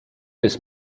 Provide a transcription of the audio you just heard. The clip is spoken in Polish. jest